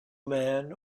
man